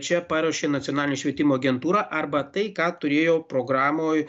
čia paruošė nacionalinė švietimo agentūra arba tai ką turėjo programoj